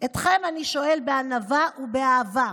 אתכם אני שואל בענווה ובאהבה: